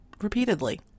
repeatedly